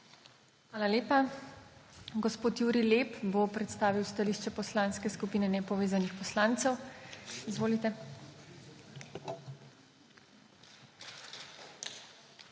Hvala lepa. Gospod Jurij Lep bo predstavil stališče Poslanske skupine nepovezanih poslancev. Izvolite. **JURIJ